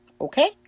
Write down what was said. Okay